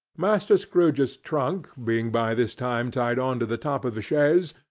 master scrooge's trunk being by this time tied on to the top of the chaise,